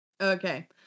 Okay